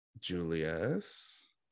Julius